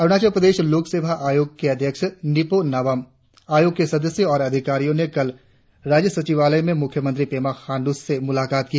अरुणाचल प्रदेश लोकसेवा आयोग के अध्यक्ष निपो नाबम आयोग के सदस्य एवं अधिकारियों ने कल राज्य सचिवालय में मुख्यमंत्री पेमा खांडू से मुलाकात की